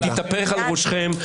היא תתהפך על ראשכם,